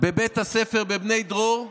בבית הספר בבני דרור,